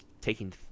taking